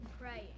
Praying